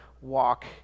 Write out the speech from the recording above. walk